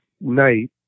night